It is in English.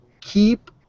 keep